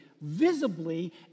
visibly